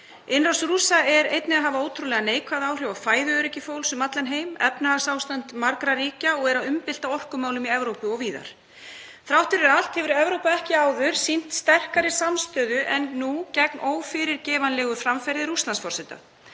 Innrás Rússa hefur einnig ótrúlega neikvæð áhrif á fæðuöryggi fólks um allan heim, á efnahagsástand margra ríkja og er að umbylta orkumálum í Evrópu og víðar. Þrátt fyrir allt hefur Evrópa ekki áður sýnt sterkari samstöðu en nú gegn ófyrirgefanlegu framferði Rússlandsforseta.